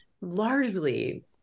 largely